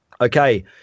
Okay